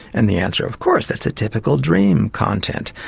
and the answer of course, it's a typical dream content.